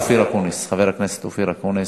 חבר הכנסת אופיר אקוניס.